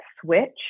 switch